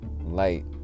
light